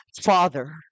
father